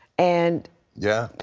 and yeah.